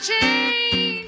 change